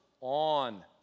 on